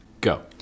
go